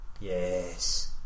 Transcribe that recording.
yes